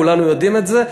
כולנו יודעים את זה,